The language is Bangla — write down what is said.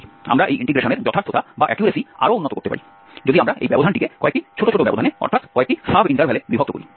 আমরা এই ইন্টিগ্রেশনের যথার্থতা আরও উন্নত করতে পারি যদি আমরা এই ব্যবধানটিকে কয়েকটি ছোট ছোট ব্যবধানে অর্থাৎ কয়েকটি সাব ইন্টারভ্যালে বিভক্ত করি